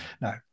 no